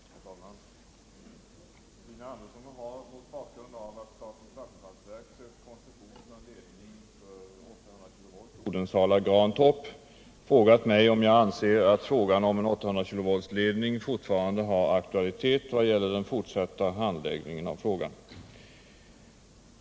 Herr talman! Stina Andersson har —- mot bakgrund av att statens vattenfallsverk sökt koncession för en ledning för 800 kV Odensala-Grantorp — frågat mig om jag anser att frågan om en 800 kilovolts ledning fortfarande har aktualitet vad gäller den fortsatta handläggningen av frågan.